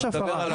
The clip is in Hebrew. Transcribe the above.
יש הפרה.